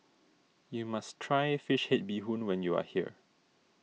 you must try Fish Head Bee Hoon when you are here